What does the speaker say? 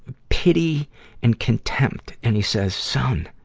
but pity and contempt. and he says, son,